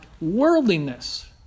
worldliness